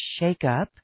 shakeup